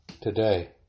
today